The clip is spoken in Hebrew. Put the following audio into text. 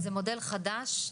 זה מודל חדש,